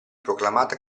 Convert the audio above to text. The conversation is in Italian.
proclamata